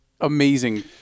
amazing